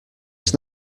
was